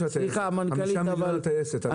חמישה מיליון לטייסת.